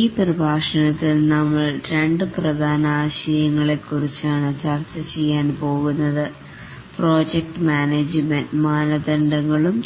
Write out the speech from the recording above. ഈ പ്രഭാഷണത്തിൽ നമ്മൾ രണ്ട് പ്രധാന ആശയങ്ങളെ കുറിച്ചാണ് ചർച്ച ചെയ്യാൻ പോകുന്നത് പ്രൊജക്റ്റ് മാനേജ്മെൻറ് മാനദണ്ഡങ്ങളും